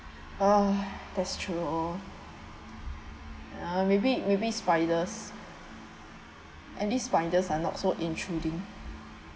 ah that's true oh ya maybe maybe spiders and these spiders are not so intruding